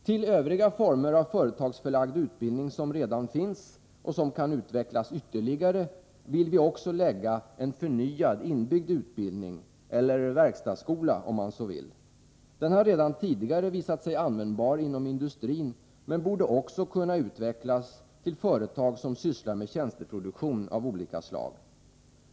Till övriga former av företagsförlagd utbildning som redan finns, och som kan utvecklas ytterligare, vill vi också lägga en förnyad inbyggd utbildning, eller verkstadsskola om man så vill. Den har redan tidigare visat sig användbar inom industrin men borde också kunna utvecklas till företag som sysslar med tjänsteproduktion av olika slag.